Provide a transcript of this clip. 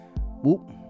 whoop